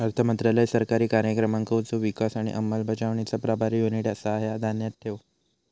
अर्थमंत्रालय सरकारी कार्यक्रमांचो विकास आणि अंमलबजावणीचा प्रभारी युनिट आसा, ह्या ध्यानात ठेव